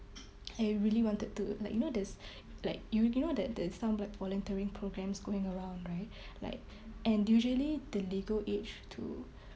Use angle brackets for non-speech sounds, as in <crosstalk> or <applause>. I really wanted to like you know there's <breath> like you you know that there's some like volunteering programs going around right <breath> like <breath> and usually the legal age to